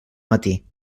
matí